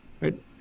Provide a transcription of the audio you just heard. Right